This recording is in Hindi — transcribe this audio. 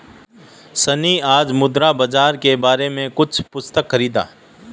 सन्नी आज मुद्रा बाजार के बारे में कुछ पुस्तक खरीदा